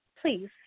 please